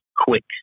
quick